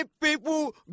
people